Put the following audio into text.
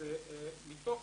מתוך